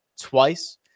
twice